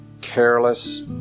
careless